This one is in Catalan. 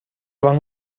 van